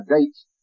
dates